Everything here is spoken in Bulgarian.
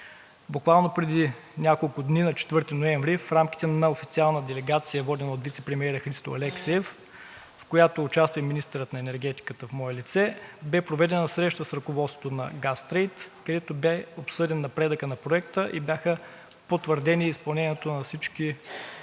Буквално преди няколко дни – на 4 ноември, в рамките на официална делегация, водена от вицепремиера Христо Алексиев, в която участва и министърът на енергетиката в мое лице, беше проведена среща с ръководството на „Газтрейд“, където беше обсъден напредъкът на Проекта и бяха потвърдени изпълнението на всички